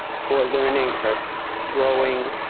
for learning, for growing,